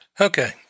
Okay